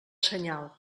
senyal